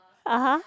(uh huh)